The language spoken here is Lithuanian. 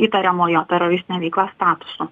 įtariamojo teroristinio veiklas statusu